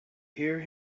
hear